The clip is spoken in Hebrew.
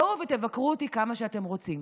בוא ותבקרו אותי כמה שאתם רוצים.